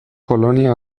kolonia